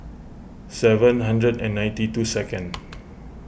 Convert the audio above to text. seven hundred and ninety two second